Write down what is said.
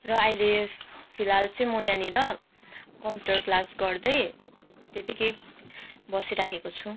र अहिले फिलहाल चाहिँ म यहाँनिर कम्प्युटर क्लास गर्दै त्यतिकै बसिराखेको छु